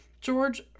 George